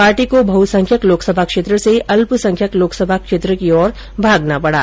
party को बहुसंख्यक लोकसभा क्षेत्र से अल्पसंख्यक लोकसभा क्षेत्र की ओर भागना पड़ा